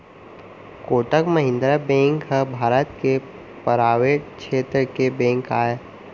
Kotak Mahindra bank ह भारत के private छेत्र के बेंक आय